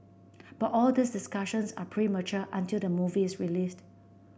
but all these discussions are premature until the movie is released